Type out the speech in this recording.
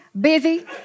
busy